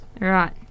right